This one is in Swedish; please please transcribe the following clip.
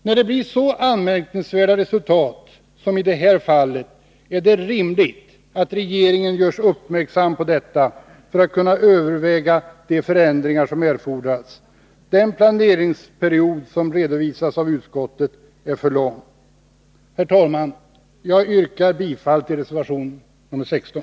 När det blir så anmärkningsvärda resultat som i det här fallet är det rimligt att regeringen görs uppmärksam på detta för att kunna överväga de förändringar som erfordras. Den planeringsperiod som redovisas av utskottet är för lång. Herr talman! Jag yrkar bifall till reservation 16.